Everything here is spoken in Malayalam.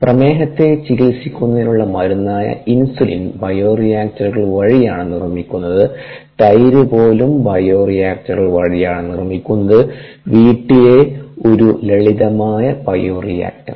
പ്രമേഹത്തെ ചികിത്സിക്കുന്നതിനുള്ള മരുന്നായ ഇൻസുലിൻ ബയോറിയാക്ടറുകൾ വഴിയാണ് നിർമ്മിക്കുന്നത് തൈര് പോലും ബയോറിയാക്ടറുകൾ വഴിയാണ് നിർമ്മിക്കുന്നത് വീട്ടിലെ ഒരു ലളിതമായ ബയോ റിയാക്ടർ